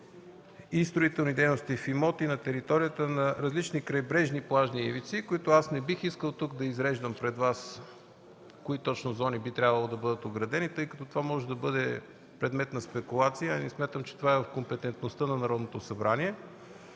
и строителни дейности в имоти на територията на различни крайбрежни плажни ивици, които не бих искал тук да изреждам – точно кои зони би трябвало да бъдат оградени, тъй като това може да бъде предмет на спекулация, а и не смятам, че то е от компетентността на Народното събрание.